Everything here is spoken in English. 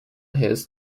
his